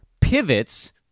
pivots